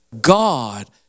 God